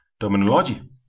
terminology